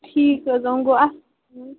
ٹھیک حظ اۭں گوٚو اَ